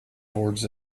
towards